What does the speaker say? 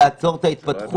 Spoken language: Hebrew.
בסוף זה עניין כלכלי.